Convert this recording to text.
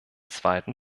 zweiten